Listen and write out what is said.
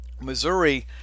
Missouri